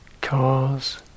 cars